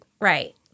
right